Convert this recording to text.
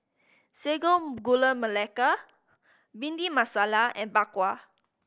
Sago Gula Melaka Bhindi Masala and Bak Kwa